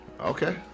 Okay